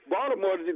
Baltimore